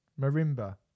Marimba